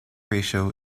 ratio